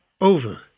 over